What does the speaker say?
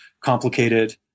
complicated